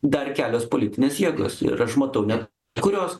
dar kelios politinės jėgos ir aš matau ne kurios